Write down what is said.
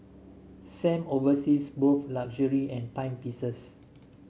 Sam oversees both luxury and timepieces